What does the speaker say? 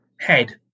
head